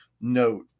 note